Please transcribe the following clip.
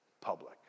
public